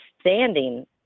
standing